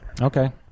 Okay